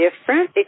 different